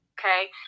okay